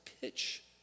pitch